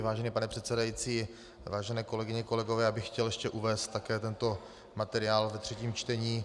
Vážený pane předsedající, vážené kolegyně, kolegové, já bych chtěl ještě uvést také tento materiál ve třetím čtení.